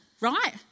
right